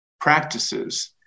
practices